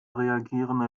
reagierende